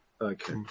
Okay